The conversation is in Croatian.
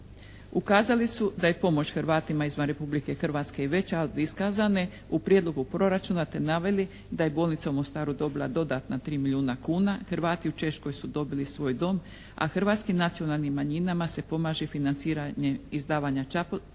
Ukazali su da je pomoć Hrvatima izvan Republike Hrvatske veća od iskazane u prijedlogu proračuna te naveli da je bolnica u Mostaru dobila dodatna 3 milijuna kuna, Hrvati u Češkoj su dobili svoj dom a hrvatskim nacionalnim manjinama se pomaže financiranje izdavanja časopisa